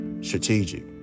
strategic